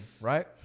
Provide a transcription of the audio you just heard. right